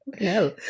No